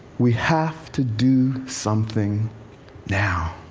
we have to do something now.